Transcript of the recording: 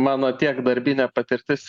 mano tiek darbinė patirtis